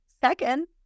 Second